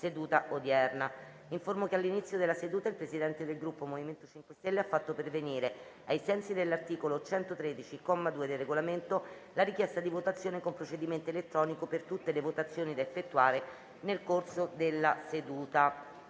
l'Assemblea che all'inizio della seduta il Presidente del Gruppo MoVimento 5 Stelle ha fatto pervenire, ai sensi dell'articolo 113, comma 2, del Regolamento, la richiesta di votazione con procedimento elettronico per tutte le votazioni da effettuare nel corso della seduta.